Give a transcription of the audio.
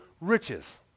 riches